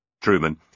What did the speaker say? Truman